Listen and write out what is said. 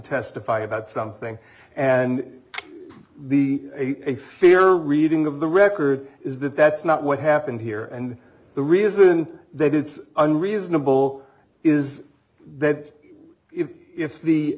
testify about something and the a fair reading of the record is that that's not what happened here and the reason that it's unreasonable is that if